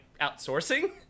outsourcing